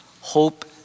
hope